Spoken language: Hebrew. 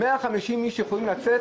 150 איש יכולים לצאת